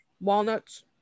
Walnuts